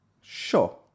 Sure